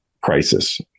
crisis